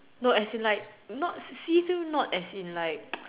no as in like not see through not as in like